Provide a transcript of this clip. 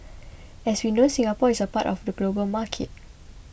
as we know Singapore is part of the global market